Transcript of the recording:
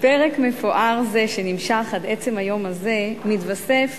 פרק מפואר זה, שנמשך עד עצם היום הזה, מתווסף